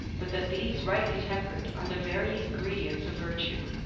but that these rightly tempered are the very ingredients of virtue?